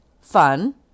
fun